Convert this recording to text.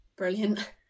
Brilliant